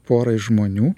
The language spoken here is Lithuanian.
porai žmonių